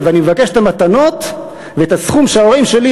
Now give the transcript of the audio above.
ואני מבקש את המתנות ואת הסכום שההורים שלי